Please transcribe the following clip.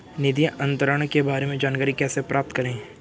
निधि अंतरण के बारे में जानकारी कैसे प्राप्त करें?